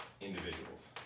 individuals